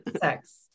sex